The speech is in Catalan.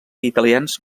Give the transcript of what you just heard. italians